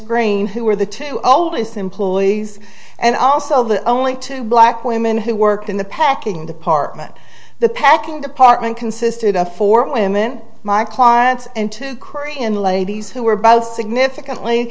grain who were the two oldest employees and also the only two black women who worked in the packing department the packing department consisted of four women my clients and two korean ladies who were both significantly